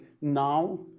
now